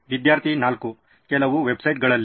ವಿದ್ಯಾರ್ಥಿ 4 ಕೆಲವು ವೆಬ್ಸೈಟ್ಗಳಲ್ಲಿ